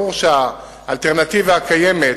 ברור שהאלטרנטיבה הקיימת,